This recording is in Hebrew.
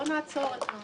בואו נעצור את זה.